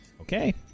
Okay